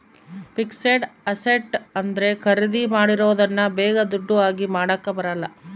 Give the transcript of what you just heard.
fixed asset ಅಂದ್ರೆ ಖರೀದಿ ಮಾಡಿರೋದನ್ನ ಬೇಗ ದುಡ್ಡು ಆಗಿ ಮಾಡಾಕ ಬರಲ್ಲ